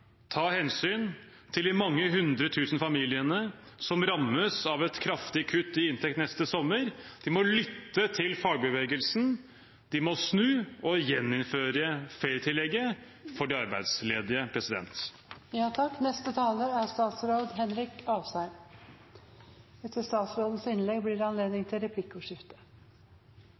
ta hensyn til de mange hundre tusen familiene som rammes av et kraftig kutt i inntekt neste sommer. De må lytte til fagbevegelsen, de må snu og gjeninnføre ferietillegget for de arbeidsledige. Koronapandemien har ført til en vesentlig høyere arbeidsledighet. Men heldigvis har også mange kommet tilbake i jobb siden det